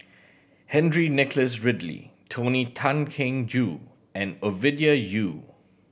Henry Nicholas Ridley Tony Tan Keng Joo and Ovidia Yu